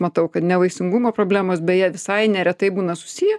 matau kad nevaisingumo problemos beje visai neretai būna susiję